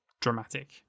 dramatic